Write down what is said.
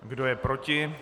Kdo je proti?